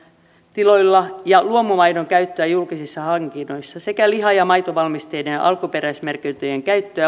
ja luomumaidon käyttöä julkisissa hankinnoissa sekä vahvistamalla ja vauhdittamalla liha ja maitovalmisteiden alkuperämerkintöjen käyttöä